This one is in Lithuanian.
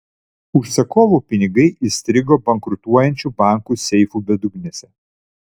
užsakovų pinigai įstrigo bankrutuojančių bankų seifų bedugnėse